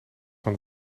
van